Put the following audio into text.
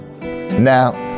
now